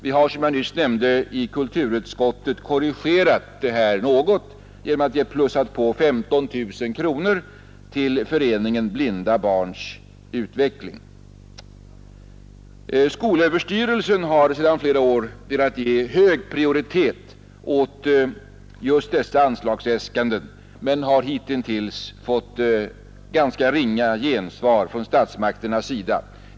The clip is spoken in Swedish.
Vi har som jag nyss nämnde i kulturutskottet korrigerat detta något genom att vi har plussat på 15 000 kronor till Föreningen Blinda barns utveckling. Skolöverstyrelsen har sedan flera år velat ge hög prioritet åt just dessa anslagsäskanden men har hitintills fått ganska ringa gensvar från statsmakternas sida.